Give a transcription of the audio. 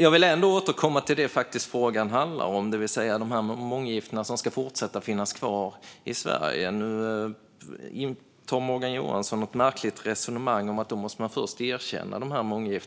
Jag vill återkomma till det som frågan faktiskt handlar om, det vill säga de månggiften som ska fortsätta att finnas kvar i Sverige. Morgan Johansson för ett märkligt resonemang om att man i så fall först måste erkänna dem.